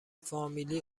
فامیلی